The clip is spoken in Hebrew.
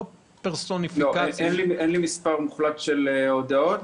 לא, אין לי מספר מוחלט של הודעות.